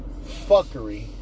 fuckery